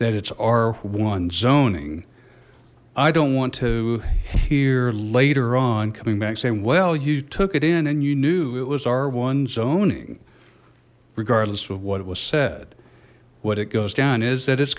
that it's our one zoning i don't want to hear later on coming back say well you took it in and you knew it was our one zoning regardless of what was said what it goes down is that i